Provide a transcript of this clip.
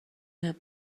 مهم